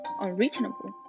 unreasonable